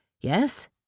Yes